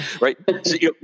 right